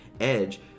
edge